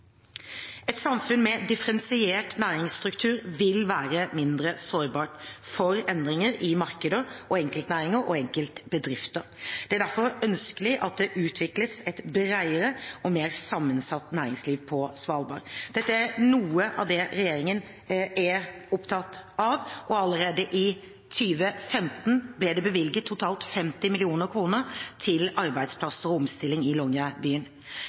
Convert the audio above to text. Et samfunn med differensiert næringsstruktur vil være mindre sårbart for endringer i markeder, enkeltnæringer og enkeltbedrifter. Det er derfor ønskelig at det utvikles et bredere og mer sammensatt næringsliv på Svalbard. Dette er noe av det regjeringen er opptatt av. Og allerede i 2015 ble det bevilget totalt 50 mill. kr til arbeidsplasser og omstilling i